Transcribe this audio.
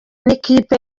n’ikipe